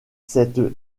cette